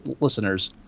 listeners